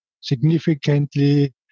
significantly